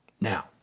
Now